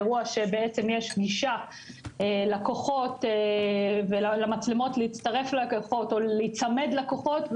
אירוע שיש גישה לכוחות ולמצלמות להצטרף לכוחות או להיצמד לכוחות.